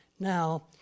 now